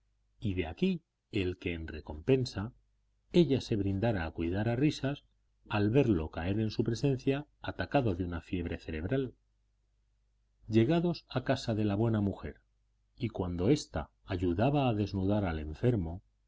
y de aquí el que en recompensa ella se brindara a cuidar a risas al verlo caer en su presencia atacado de una fiebre cerebral llegados a casa de la buena mujer y cuando ésta ayudaba a desnudar al enfermo